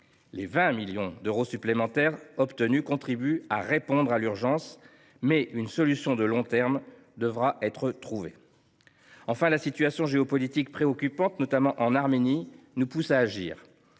Les 20 millions d’euros supplémentaires obtenus contribuent à répondre à l’urgence, mais une solution de long terme devra être trouvée. Enfin, la situation géopolitique préoccupante, notamment en Arménie, nous pousse à agir.